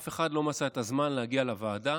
אף אחד לא מצא את הזמן להגיע לוועדה.